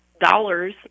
dollars